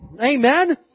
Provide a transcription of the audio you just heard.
Amen